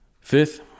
fifth